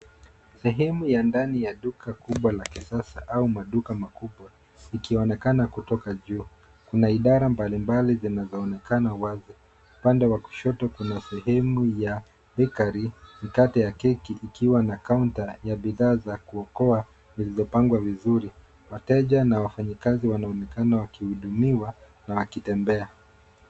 Sehemu ya ndani ya duka kubwa la kisasa au maduka makubwa zikionekana kutoka juu. Kuna idara mbalimbali zinazoonekana wazi. Upande wa kushoto kuna sehemu ya bakery , mikate ya keki ikiwa na kaunta ya bidhaa za kuoka zilizopangwa vizuri. Wateja na wafanyanyakazi wanaonekana wakihudumiwa na wakitembea.